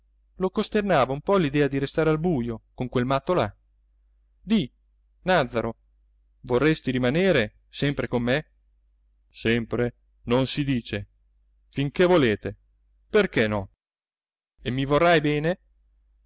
lo costernava un po l'idea di restare al bujo con quel matto là di nàzzaro vorresti rimanere sempre con me sempre non si dice finché volete perché no e mi vorrai bene